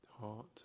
heart